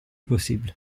possible